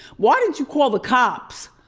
why didn't you call the cops?